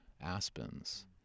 aspens